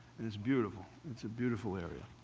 and it's beautiful it's a beautiful area.